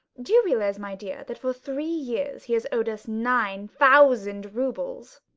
do you realise, my dear, that for three years he has owed us nine thousand roubles?